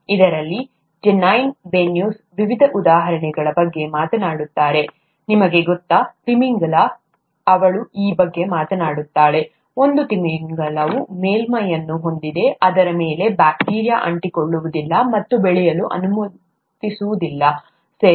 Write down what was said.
ಇದರಲ್ಲಿ Janine Benyus ವಿವಿಧ ಉದಾಹರಣೆಗಳ ಬಗ್ಗೆ ಮಾತನಾಡುತ್ತಾರೆ ನಿಮಗೆ ಗೊತ್ತಾ ತಿಮಿಂಗಿಲ ಅವಳು ಈ ಬಗ್ಗೆ ಮಾತನಾಡುತ್ತಾಳೆ ಒಂದು ತಿಮಿಂಗಿಲವು ಮೇಲ್ಮೈಯನ್ನು ಹೊಂದಿದ್ದು ಅದರ ಮೇಲೆ ಬ್ಯಾಕ್ಟೀರಿಯಾಗಳು ಅಂಟಿಕೊಳ್ಳುವುದಿಲ್ಲ ಮತ್ತು ಬೆಳೆಯಲು ಅನುಮತಿಸುವುದಿಲ್ಲ ಸರಿ